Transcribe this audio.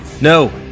No